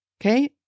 okay